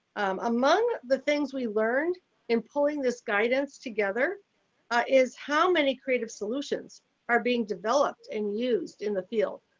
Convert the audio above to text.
among the things we learned in pulling this guidance together is how many creative solutions are being developed and used in the field.